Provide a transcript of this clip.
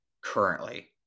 currently